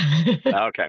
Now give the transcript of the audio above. Okay